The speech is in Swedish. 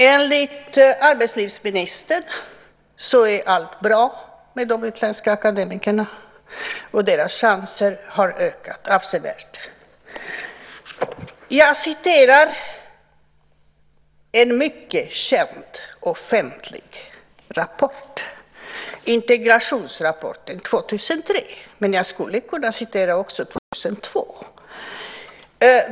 Enligt arbetslivsministern är allt bra med de utlandsfödda akademikerna och deras chanser har ökat avsevärt. Jag ska återge vad som står i en mycket känd offentlig rapport, Integrationsrapport 2003 , men jag skulle också kunna citera den från 2002.